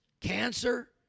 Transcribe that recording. cancer